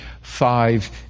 five